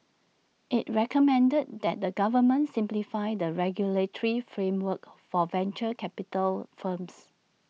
IT recommended that the government simplify the regulatory framework for venture capital firms